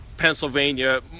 Pennsylvania